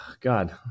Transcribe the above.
God